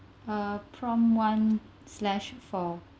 uh prompt one slash four